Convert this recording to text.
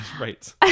right